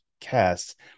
cast